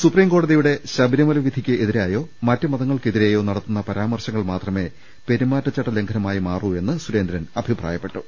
സുപ്രീംകോടതി യുടെ ശബരിമല വിധിക്കെതിരായോ മറ്റു മതങ്ങൾക്കെതിരെയോ നടത്തുന്ന പരാമർശങ്ങൾ മാത്രമേ പെരുമാറ്റച്ചട്ട ലംഘനമായി മാറൂ എന്ന് സുരേന്ദ്രൻ അഭിപ്രായപ്പെട്ടു